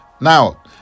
Now